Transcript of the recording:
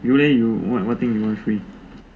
you leh you what what thing you want free